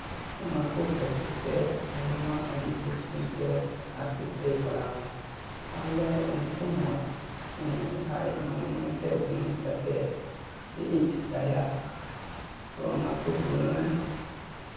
ᱚᱱᱟ ᱠᱚ ᱠᱷᱟᱹᱛᱤᱨ ᱛᱮ ᱩᱱᱤ ᱢᱟ ᱟᱹᱰᱤ ᱫᱩᱠ ᱪᱤᱱᱛᱟᱹ ᱦᱟᱨᱠᱮᱛ ᱨᱮᱭ ᱯᱟᱲᱟᱣᱱᱟ ᱛᱟᱦᱚᱞᱮ ᱩᱱ ᱥᱚᱢᱚᱭ ᱩᱱᱤ ᱟᱡ ᱢᱚᱱᱮ ᱢᱚᱱᱮᱛᱮ ᱜᱩᱱᱟᱹᱱ ᱠᱟᱛᱮ ᱪᱮᱫ ᱤᱧ ᱪᱤᱠᱟᱭᱟ ᱛᱚ ᱚᱱᱟ ᱠᱚ ᱜᱩᱱᱟᱹᱱ